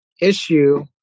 issue